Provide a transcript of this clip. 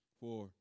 four